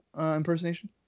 impersonation